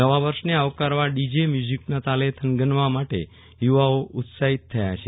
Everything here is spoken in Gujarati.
નવા વર્ષને આવકારવા ડીજે મ્યુઝીકના તાલે થનગનવા માટે યુવાઓ ઉત્સાહિત થયા છે